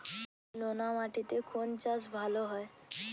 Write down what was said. নোনা মাটিতে কোন চাষ ভালো হয়?